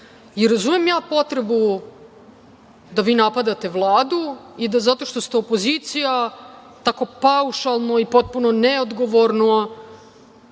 razumem ja potrebu da vi napadate Vladu i da zato što ste opozicija tako paušalno i potpuno neodgovorno